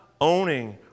owning